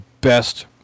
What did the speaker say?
best